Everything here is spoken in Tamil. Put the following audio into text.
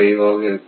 5 ஆக இருக்கும்